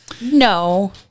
No